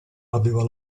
aveva